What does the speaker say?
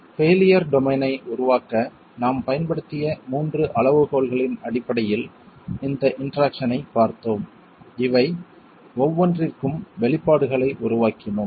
failure டொமைனை உருவாக்க நாம் பயன்படுத்திய 3 அளவுகோல்களின் அடிப்படையில் இந்த இன்டெராக்சன் ஐப் பார்த்தோம் இவை ஒவ்வொன்றிற்கும் வெளிப்பாடுகளை உருவாக்கினோம்